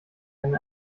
ein